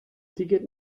ticket